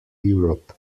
europe